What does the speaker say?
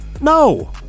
No